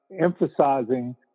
emphasizing